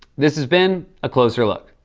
this has been a closer look.